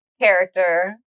character